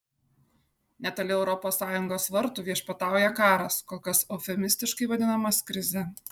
netoli europos sąjungos vartų viešpatauja karas kol kas eufemistiškai vadinamas krize